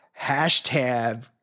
hashtag